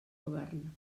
govern